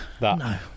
no